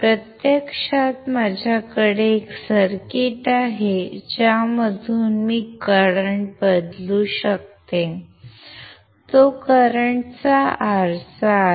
प्रत्यक्षात माझ्याकडे एक सर्किट आहे ज्यामध्ये मी करंट बदलू शकतोतो करंट चा आरसा आहे